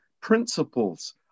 principles